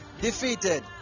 defeated